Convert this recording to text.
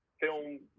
film